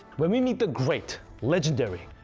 where we meet the great legendary,